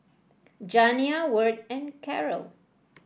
Janiah Wirt and Karyl